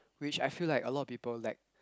which I feel like a lot of people lack